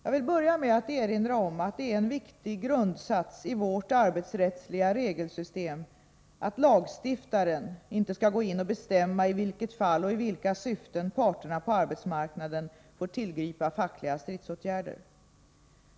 Jag vill börja med att erinra om att det är en viktig grundsats i vårt arbetsrättsliga regelsystem att lagstiftaren inte skall gå in och bestämma i vilket fall och i vilka syften parterna på arbetsmarknaden får tillgripa fackliga stridsåtgärder.